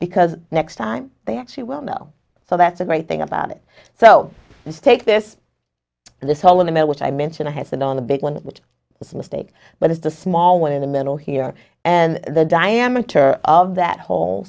because next time they actually will know so that's the great thing about it so let's take this this hole in the middle which i mentioned i had said on the big one which was a mistake but it's a small one in the middle here and the diameter of that hole